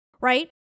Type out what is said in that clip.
right